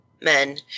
men